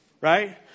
right